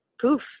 poof